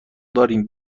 دارین